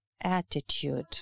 attitude